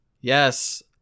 Yes